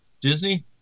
Disney